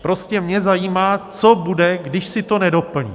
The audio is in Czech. Prostě mě zajímá, co bude, když si to nedoplní.